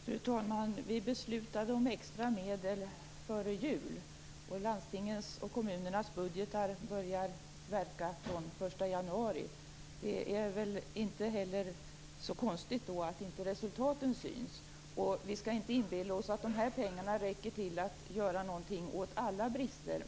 Fru talman! Vi beslutade om extra medel före jul. Landstingens och kommunernas budgetar börjar gälla från den 1 januari. Då är det väl inte heller så konstigt att inte resultaten syns. Vi skall inte inbilla oss att de här pengarna räcker till att göra någonting åt alla brister.